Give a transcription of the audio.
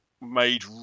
made